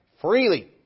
freely